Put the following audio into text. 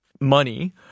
Money